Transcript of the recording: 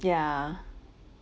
yeah